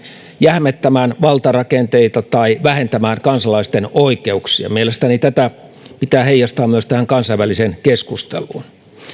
jähmettämään valtarakenteita tai vähentämään kansalaisten oikeuksia mielestäni tätä pitää heijastaa myös tähän kansainväliseen keskusteluun